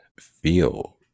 feel